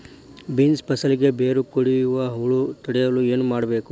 Beans ಫಸಲಿಗೆ ಬೇರು ಕಡಿಯುವ ಹುಳು ತಡೆಯಲು ಏನು ಮಾಡಬೇಕು?